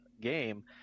game